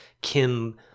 Kim